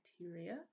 bacteria